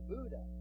Buddha